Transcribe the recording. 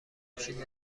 نوشیدنی